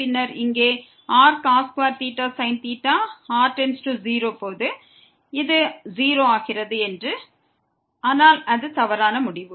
பின்னர் இங்கே rsin r→0 போது இது 0 ஆகிறது ஆனால் அது தவறான முடிவு